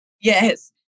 Yes